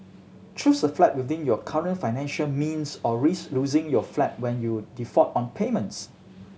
choose a flat within your current financial means or risk losing your flat when you default on payments